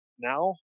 now